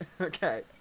Okay